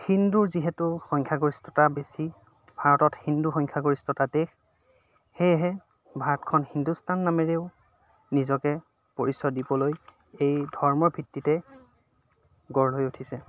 হিন্দুৰ যিহেতু সংখ্যাগৰিষ্ঠতা বেছি ভাৰতত হিন্দু সংখ্যাগৰিষ্ঠতা দেশ সেয়েহে ভাৰতখন হিন্দুস্থান নামেৰেও নিজকে পৰিচয় দিবলৈ এই ধৰ্মৰ ভিত্তিতে গঢ় লৈ উঠিছে